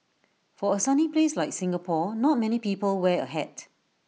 for A sunny place like Singapore not many people wear A hat